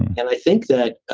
and i think that,